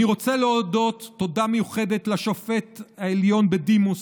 אני רוצה להודות תודה מיוחדת לשופט העליון בדימוס